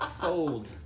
Sold